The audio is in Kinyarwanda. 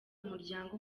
umuryango